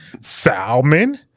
Salmon